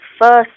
first